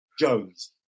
Jones